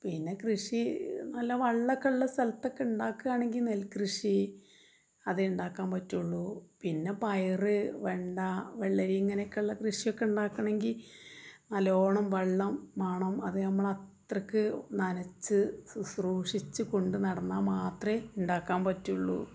പിന്നെ കൃഷി നല്ല വെള്ളമൊക്കെ ഉള്ള സ്ഥലത്തൊക്കെ ഉണ്ടാക്കുകയാണെങ്കിൽ നെൽകൃഷി അതേ ഉണ്ടാക്കാൻ പറ്റുളളൂ പിന്നെ പയർ വെണ്ട വെള്ളരി ഇങ്ങനെയൊക്കെയുള്ള കൃഷിയൊക്കെ ഉണ്ടാക്കണമെങ്കിൽ നല്ലോണം വെള്ളം വേണം അത് നമ്മളത്രക്ക് നനച്ച് ശുശ്രൂഷിച്ച് കൊണ്ട് നടന്നാൽ മാത്രമേ ഉണ്ടാക്കാൻ പറ്റുളളൂ